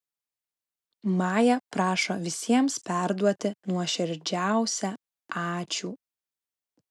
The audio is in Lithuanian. maja prašo visiems perduoti nuoširdžiausią ačiū